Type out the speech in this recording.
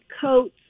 coats